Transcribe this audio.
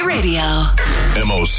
Radio